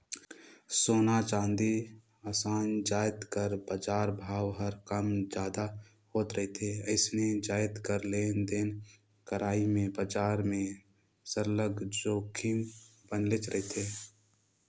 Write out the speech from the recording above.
सोना, चांदी असन जाएत कर बजार भाव हर कम जादा होत रिथे अइसने जाएत कर लेन देन करई में बजार में सरलग जोखिम बनलेच रहथे